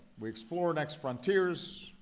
we explore next frontiers,